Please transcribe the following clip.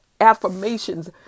affirmations